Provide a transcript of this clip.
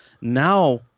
Now